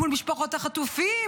מול משפחות החטופים,